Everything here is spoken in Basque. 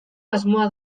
asmoa